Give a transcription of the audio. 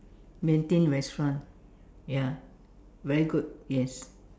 Beng-Thin restaurant very good yes